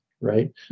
right